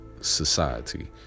society